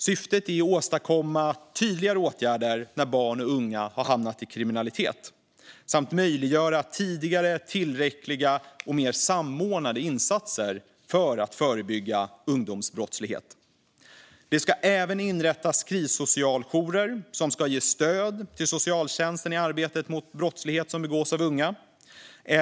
Syftet är att åstadkomma tydligare åtgärder när barn och unga har hamnat i kriminalitet samt att möjliggöra tidigare, tillräckliga och mer samordnade insatser för att förebygga ungdomsbrottslighet. Det ska även inrättas krissocialjourer som ska ge stöd till socialtjänsten i arbetet mot brottslighet som begås av unga.